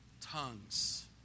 tongues